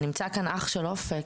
נמצא פה אח של אופק,